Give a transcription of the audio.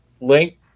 link